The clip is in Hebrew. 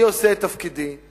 אני עושה את תפקידי,